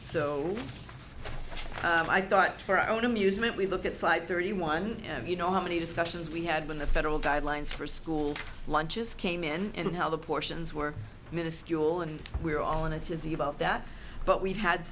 so i thought for our own amusement we look at slide thirty one you know how many discussions we had when the federal guidelines for school lunches came in and how the portions were miniscule and we're all in this is the about that but we've had